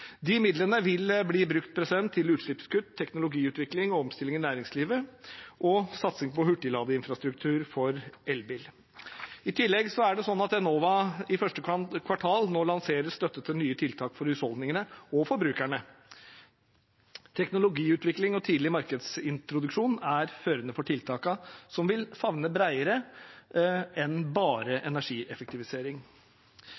De midlene vil bli brukt til utslippskutt, teknologiutvikling og omstilling i næringslivet og satsing på hurtigladeinfrastruktur for elbil. I tillegg er det sånn at Enova i første kvartal nå lanserer støtte til nye tiltak for husholdningene og forbrukerne. Teknologiutvikling og tidlig markedsintroduksjon er førende for tiltakene som vil favne bredere enn bare